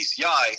PCI